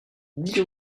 dix